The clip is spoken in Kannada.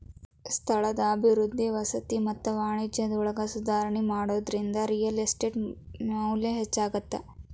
ಸ್ಥಳದ ಅಭಿವೃದ್ಧಿ ವಸತಿ ಮತ್ತ ವಾಣಿಜ್ಯದೊಳಗ ಸುಧಾರಣಿ ಮಾಡೋದ್ರಿಂದ ರಿಯಲ್ ಎಸ್ಟೇಟ್ ಮೌಲ್ಯ ಹೆಚ್ಚಾಗತ್ತ